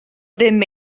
ddim